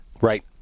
Right